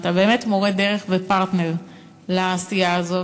אתה באמת מורה דרך ופרטנר לעשייה הזאת.